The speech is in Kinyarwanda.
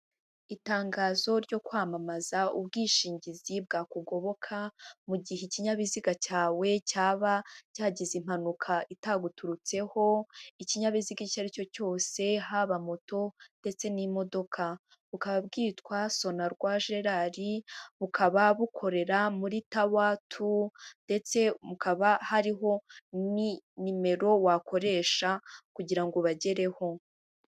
Itangazo ryo kwamamaza ubwishingizi bwa kugoboka mu gihe ikinyabiziga cyawe cyaba cyagize impanuka itaguturutseho ikinyabiziga icyo ari cyo cyose haba moto ndetse n'imodoka bukaba bwitwa Sonarwa Gerali bukaba bukorera muritawa tawa TU ndetse hakaba hariho n'imero wakoresha kugirango ubagereho.